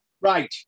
Right